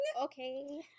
Okay